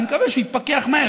אני מקווה שהוא יתפכח מהר,